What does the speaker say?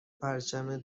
پرچم